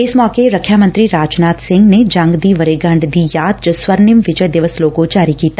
ਇਸ ਮੌਕੇ ਰੱਖਿਆ ਮੰਤਰੀ ਰਾਜਨਾਥ ਸਿੰਘ ਨੇ ਜੰਗ ਦੀ ਵਰੇਗੰਢ ਦੀ ਯਾਦ ਚ ਸਵਰਨਿਮ ਵਿਜੈ ਦਿਵਸ ਲੋਗੋ ਜਾਰੀ ਕੀਤਾ